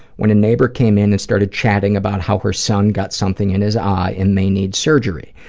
when a neighbor came in and started chatting about how her son got something in his eye and may need surgery.